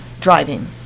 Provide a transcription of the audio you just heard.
driving